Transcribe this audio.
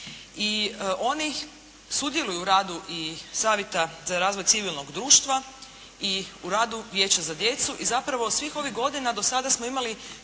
i oni sudjeluju u radu i Savjeta za razvoj civilnog društva i u radu Vijeća za djecu i zapravo svih ovih godina do sada smo imali